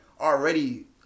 already